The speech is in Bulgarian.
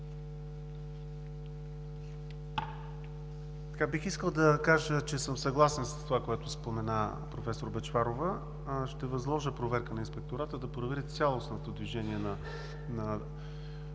Бих искал да кажа, че съм съгласен с това, което спомена професор Бъчварова. Ще възложа проверка на „Инспектората“ да провери цялостното движение на подготовката